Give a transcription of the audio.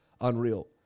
Unreal